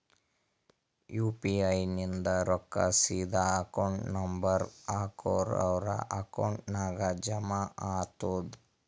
you P I ಇಂದ್ ರೊಕ್ಕಾ ಸೀದಾ ಅಕೌಂಟ್ ನಂಬರ್ ಹಾಕೂರ್ ಅವ್ರ ಅಕೌಂಟ್ ನಾಗ್ ಜಮಾ ಆತುದ್